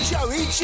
Joey